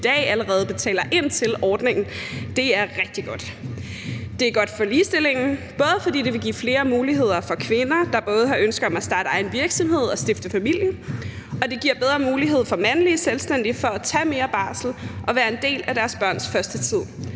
i dag allerede betaler ind til i ordningen. Det er rigtig godt. Det er godt for ligestillingen, både fordi det vil give flere muligheder for kvinder, der har ønske om både at starte egen virksomhed og stifte familie, og fordi det giver bedre mulighed for mandlige selvstændige for at tage mere barsel og være en del af deres børns første tid.